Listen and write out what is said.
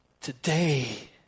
today